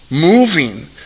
moving